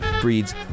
breeds